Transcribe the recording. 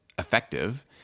Effective